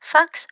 Fox